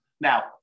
Now